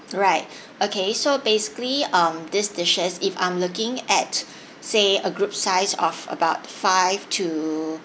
right okay so basically um this dishes if I'm looking at say a group size of about five to